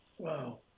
Wow